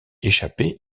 échappé